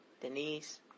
Denise